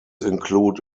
include